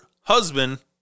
husband